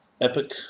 epic